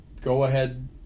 go-ahead